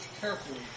carefully